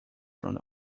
from